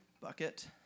bucket